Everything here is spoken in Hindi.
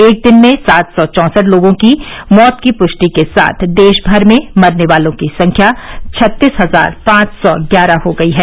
एक दिन में सात सौ चौंसठ लोगों की मौत की पुष्टि के साथ देश भर में मरने वालों की संख्या छत्तीस हजार पांच सौ ग्यारह हो गई है